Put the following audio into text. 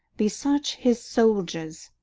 be such his soldiers,